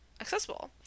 accessible